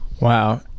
Wow